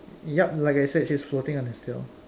yup like I said she's floating on its tail